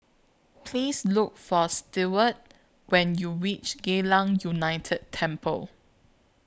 Please Look For Steward when YOU REACH Geylang United Temple